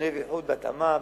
אני אוהב איחוד בהתאמה,